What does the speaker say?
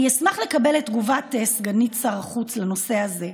אני אשמח לקבל את תגובת שר החוץ בנושא הזה.